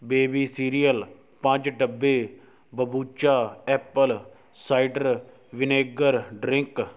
baby cereal ਪੰਜ ਡੱਬੇ kombucha apple cider vinegar drink